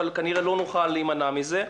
אבל כנראה לא נוכל להימנע מזה.